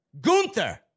Gunther